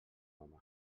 home